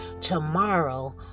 tomorrow